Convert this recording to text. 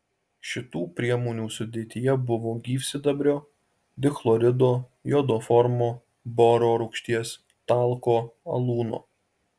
šitų priemonių sudėtyje buvo gyvsidabrio dichlorido jodoformo boro rūgšties talko alūno